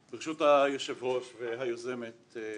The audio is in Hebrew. ברשות היושב-ראש והיוזמות,